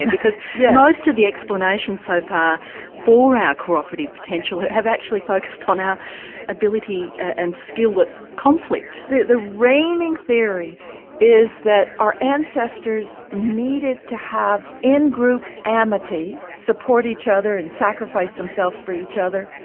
because most of the explanations so far for our cooperative potential have actually focused on our ability and skill at conflict. the the reigning theory is that our ancestors needed to have in-group amity, support each other and sacrifice sacrifice themselves for each other,